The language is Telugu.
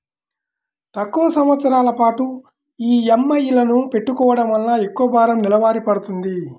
తక్కువ సంవత్సరాల పాటు ఈఎంఐలను పెట్టుకోవడం వలన ఎక్కువ భారం నెలవారీ పడ్తుంది